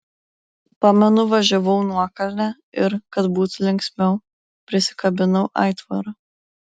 pamenu važiavau nuokalne ir kad būtų linksmiau prisikabinau aitvarą